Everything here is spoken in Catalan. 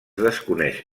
desconeix